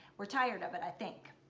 we're tired of it i think.